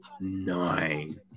nine